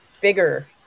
bigger